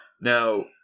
Now